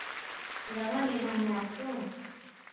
दवा लेना है आपको